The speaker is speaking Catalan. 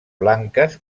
blanques